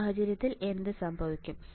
ഈ സാഹചര്യത്തിൽ എന്ത് സംഭവിക്കും